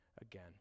again